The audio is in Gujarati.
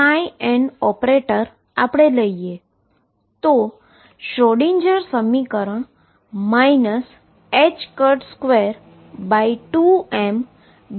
nVxnEnn ઓપરેટર લઈએ તો શ્રોડિંજર Schrödinger સમીકરણ 22md2dx2 ની એનર્જી શું થશે